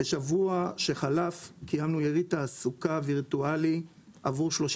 בשבוע שחלף קיימנו יריד תעסוקה וירטואלי עבור 30